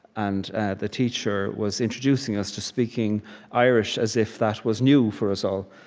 and the teacher was introducing us to speaking irish as if that was new for us all.